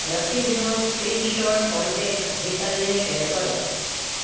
રસીદનો screenshot contact હેતલને share કરો